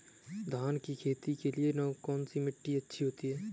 धान की खेती के लिए कौनसी मिट्टी अच्छी होती है?